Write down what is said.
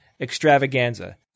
extravaganza